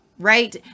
right